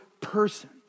person